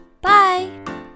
Bye